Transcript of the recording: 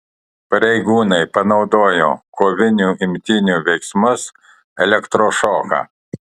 pareigūnai panaudojo kovinių imtynių veiksmus elektrošoką